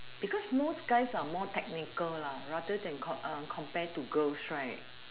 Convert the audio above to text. because most guys are more technical lah rather than compare to girls right